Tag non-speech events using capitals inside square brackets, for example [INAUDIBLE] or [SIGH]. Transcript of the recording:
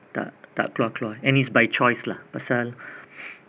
tak tak keluar-keluar and it's by choice lah pasal [BREATH]